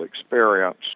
experience